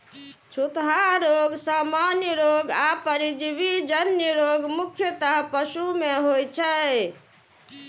छूतहा रोग, सामान्य रोग आ परजीवी जन्य रोग मुख्यतः पशु मे होइ छै